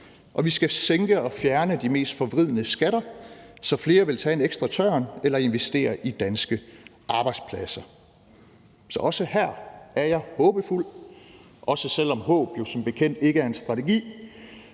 vi skal sænke og fjerne de mest forvridende skatter, så flere vil tage en ekstra tørn eller investere i danske arbejdspladser. Så også her er jeg håbefuld, også selv om håb jo som bekendt ikke er en strategi.